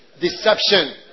Deception